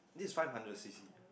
this five hundred C_C